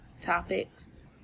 topics